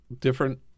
different